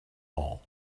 all